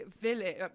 village